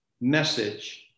message